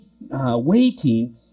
waiting